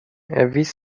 erwies